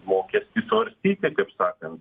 mokestį svarstyti kaip sakant